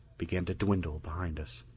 began to dwindle behind us.